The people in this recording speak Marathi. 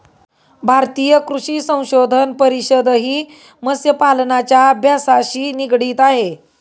भारतीय कृषी संशोधन परिषदही मत्स्यपालनाच्या अभ्यासाशी निगडित आहे